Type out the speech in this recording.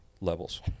levels